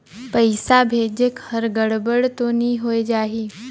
पइसा भेजेक हर गड़बड़ तो नि होए जाही?